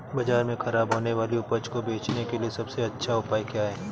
बाज़ार में खराब होने वाली उपज को बेचने के लिए सबसे अच्छा उपाय क्या हैं?